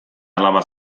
alaba